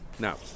No